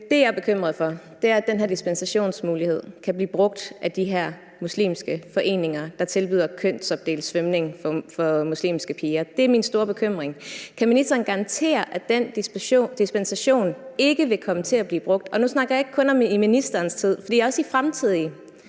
Det, jeg er bekymret for, er, at den her dispensationsmulighed kan blive brugt af de her muslimske foreninger, der tilbyder kønsopdelt svømning for muslimske piger. Det er min store bekymring. Kan ministeren garantere, at den dispensation ikke vil komme til at blive brugt på den måde? Nu snakker jeg ikke kun om det i forhold til ministerens tid, for det gælder også i forhold